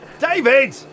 David